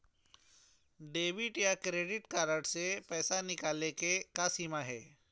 Debit या credit card से पैसा निकाले के का सीमा हे?